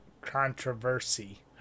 Controversy